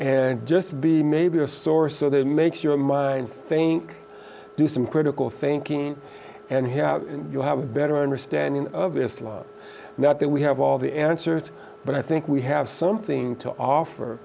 and just be maybe a source so that makes your mind think do some critical thinking and here you have a better understanding of the not that we have all the answers but i think we have something to offer